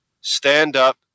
stand-up